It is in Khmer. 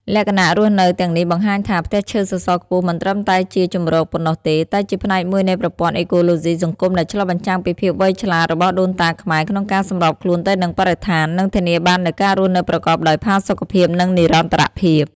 លក្ខណៈរស់នៅទាំងនេះបង្ហាញថា ផ្ទះឈើសសរខ្ពស់មិនត្រឹមតែជាជម្រកប៉ុណ្ណោះទេ តែជាផ្នែកមួយនៃប្រព័ន្ធអេកូឡូស៊ីសង្គមដែលឆ្លុះបញ្ចាំងពីភាពវៃឆ្លាតរបស់ដូនតាខ្មែរក្នុងការសម្របខ្លួនទៅនឹងបរិស្ថាន និងធានាបាននូវការរស់នៅប្រកបដោយផាសុកភាព និងនិរន្តរភាព ។